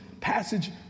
passage